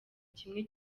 kimwe